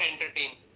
entertain